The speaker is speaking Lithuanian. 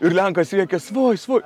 ir lenkas rėkia svoj svoj